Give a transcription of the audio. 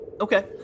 Okay